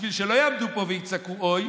בשביל שלא יעמדו פה ויצעקו "אוי"